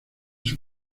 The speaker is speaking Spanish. sus